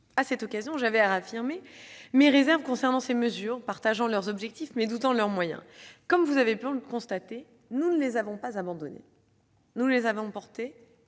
À cette occasion, j'avais affirmé mes réserves concernant ces mesures : j'approuvais les objectifs, mais doutais des moyens. Comme vous avez pu le constater, nous ne les avons pas abandonnées. Elles ont été